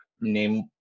name